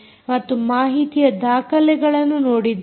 ಮತ್ತು ಮಾಹಿತಿಯ ದಾಖಲೆಗಳನ್ನು ನೋಡಿದ್ದೇವೆ